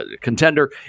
Contender